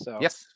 Yes